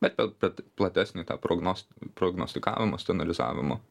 bet pet pet platesnį tą prognos prognostikavimo scenarizavimo